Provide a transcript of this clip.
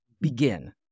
begin